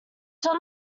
from